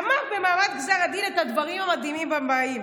הוא אמר במעמד גזר הדין את הדברים המדהימים הבאים.